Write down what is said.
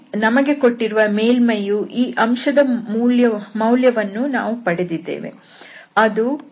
ನಮಗೆ ಕೊಟ್ಟಿರುವ ಮೇಲ್ಮೈಯ ಈ ಅಂಶದ ಮೌಲ್ಯವನ್ನೂ ನಾವು ಪಡೆದಿದ್ದೇವೆ ಅದು dσ294dA